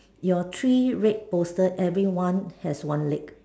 your three red poster everyone has one leg